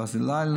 בברזילי,